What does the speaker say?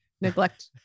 neglect